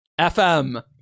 FM